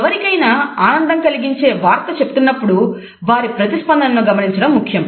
ఎవరికైనా ఆనందం కలిగించే వార్త చెప్తున్నప్పుడు వారి ప్రతిస్పందనను గమనించడం ముఖ్యం